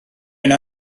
wna